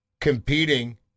competing